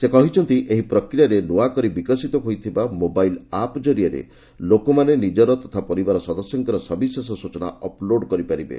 ସେ କହିଛନ୍ତି ଏହି ପ୍ରକ୍ରିୟାରେ ନୂଆ କରି ବିକଶିତ ହୋଇଥିବା ମୋବାଇଲ୍ ଆପ୍ ଜରିଆରେ ଲୋକମାନେ ନିଜର ତଥା ପରିବାର ସଦସ୍ୟଙ୍କର ସବିଶେଷ ସୂଚନା ଅପ୍ଲୋଡ୍ କରିପାରିବେ